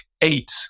eight